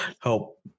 help